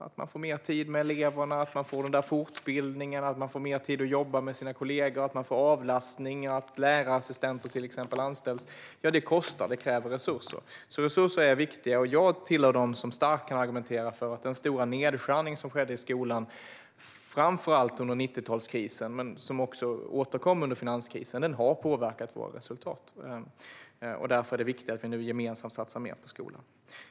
Det handlar om mer tid med eleverna, fortbildning, att jobba med kollegor, avlastning och lärarassistenter. Detta kräver resurser, och de är viktiga. Jag hör till dem som starkt argumenterar för att den stora nedskärning som skedde i skolan framför allt under 90-talskrisen, som också återkom under finanskrisen, har påverkat resultaten. Därför är det viktigt att gemensamt satsa mer på skolan.